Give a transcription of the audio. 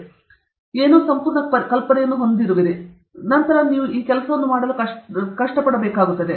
ಅದರ ನಂತರ ನೀವು ಕೆಳಗೆ ಗಮನಿಸಬೇಕಾದ ಮತ್ತು ಕೆಳಗಿಳಿಯಬೇಕು ಮತ್ತು ನಂತರ ನೀವು ಈ ಕೆಲಸವನ್ನು ಮಾಡಲು ಕಷ್ಟಪಟ್ಟು ಕೆಲಸ ಮಾಡಬೇಕಾಗುತ್ತದೆ